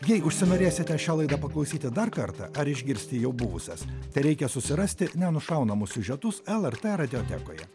jei užsinorėsite šią laidą paklausyti dar kartą ar išgirsti jau buvusias tereikia susirasti nenušaunamus siužetus lrt radiotekoje